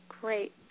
Great